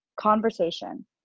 conversation